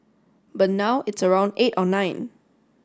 but now it's around eight or nine